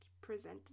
present